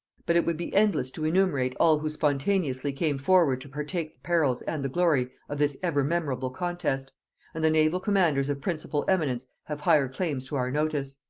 but it would be endless to enumerate all who spontaneously came forward to partake the perils and the glory of this ever-memorable contest and the naval commanders of principal eminence have higher claims to our notice.